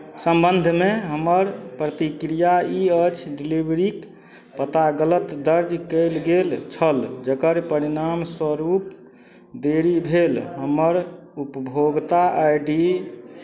सम्बन्धमे हमर प्रतिक्रिया ई अछि डिलीवरीक पता गलत दर्ज कयल गेल छल जकर परिणाम स्वरूप देरी भेल हमर उपभोगता आई डी